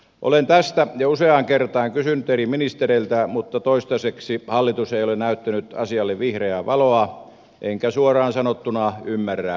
olen tästä jo useaan kertaan kysynyt eri ministereiltä mutta toistaiseksi hallitus ei ole näyttänyt asialle vihreää valoa enkä suoraan sanottuna ymmärrä miksi